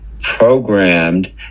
programmed